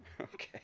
Okay